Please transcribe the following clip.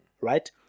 Right